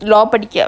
law படிக்க:padikka